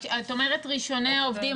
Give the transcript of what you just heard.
את אומרת ראשוני העובדים.